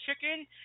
chicken